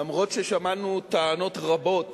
אומנם שמענו טענות רבות